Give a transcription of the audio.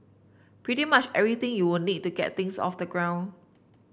pretty much everything you will need to get things off the ground